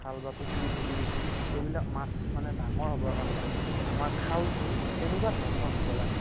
খাল বা পুখুৰিত দিওঁ সেইবিলাক মাছ মানে ডাঙৰ হ'বৰ কাৰণে আমাৰ খালটো কেনেকুৱা ধৰণৰ হ'ব লাগে